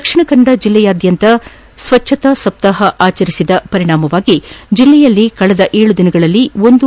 ದಕ್ಷಿಣ ಕನ್ನಡ ಜಿಲ್ಲೆಯಾದ್ಯಂತ ಸ್ವಚ್ಯತಾ ಸಪ್ತಾಪ ಅಚರಿಸಿದ ಪರಿಣಾಮವಾಗಿ ಜಿಲ್ಲೆಯಲ್ಲಿ ಕಳೆದ ಏಳು ದಿನಗಳಲ್ಲಿ ಒಂದೂ